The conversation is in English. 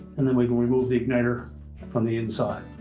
and then we can remove the igniter from the inside.